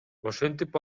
ошентип